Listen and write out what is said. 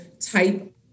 type